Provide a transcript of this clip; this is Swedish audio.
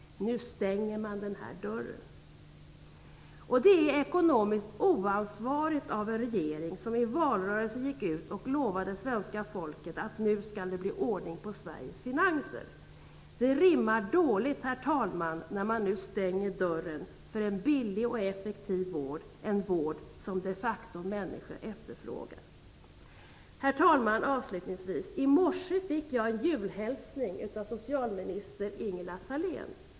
Nu stänger man den här dörren. Det är ekonomiskt oansvarigt av en regering som i valrörelsen gick ut och lovade det svenska folket att det nu skulle bli ordning på Sveriges finanser. Det rimmar dåligt när man nu stänger dörren för en billig och effektiv vård, herr talman, en vård som människor de facto efterfrågar. Herr talman! I morse fick jag en julhälsning från socialminister Ingela Thalén.